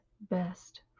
best